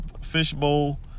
Fishbowl